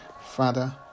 Father